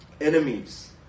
enemies